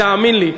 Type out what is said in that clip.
תאמין לי,